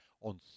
on